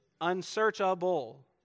Unsearchable